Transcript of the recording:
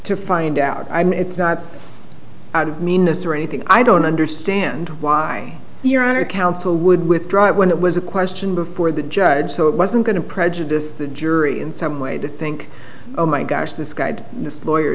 to find out i mean it's not out of meanness or anything i don't understand why your honor counsel would withdraw it when it was a question before the judge so it wasn't going to prejudice the jury in some way to think oh my gosh this guy had this lawyer